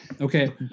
okay